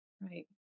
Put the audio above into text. Right